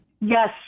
Yes